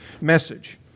message